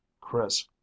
Chris